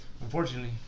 Unfortunately